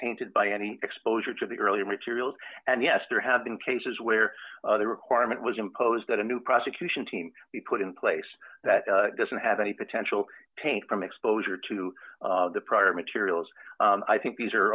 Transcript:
painted by any exposure to the earlier materials and yes there have been cases where the requirement was imposed that a new prosecution team be put in place that doesn't have any potential taint from exposure to the prior materials i think these are